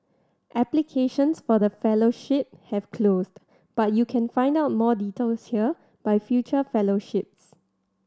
applications for the fellowship have closed but you can find out more details here by future fellowships